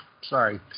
sorry